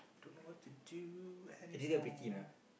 don't know what to do anymore